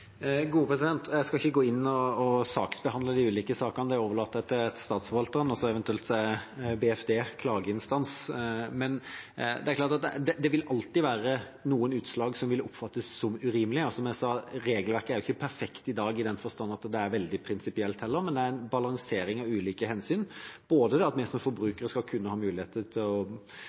Jeg skal ikke gå inn og saksbehandle de ulike sakene. Det overlater jeg til Statsforvalteren, og så er eventuelt Barne- og familiedepartementet klageinstans. Det er klart at det vil alltid være noen utslag som vil oppfattes som urimelige. Som jeg sa: Regelverket er ikke perfekt i dag heller, i den forstand at det er veldig prinsipielt, men det er en balansering av ulike hensyn: Det at vi som forbrukere skal kunne ha mulighet til å